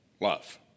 love